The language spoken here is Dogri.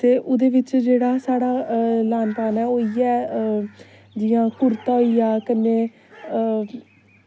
ते उदे बिच्च जेह्ड़ा साढ़ा लान पान ऐ ओह् इ'यै जियां कुर्ता होईया कन्नै